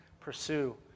pursue